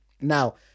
Now